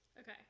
okay